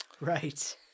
Right